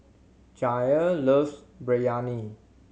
Jair loves Biryani